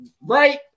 right